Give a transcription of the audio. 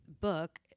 book